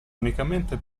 unicamente